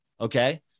Okay